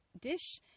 dish